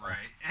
Right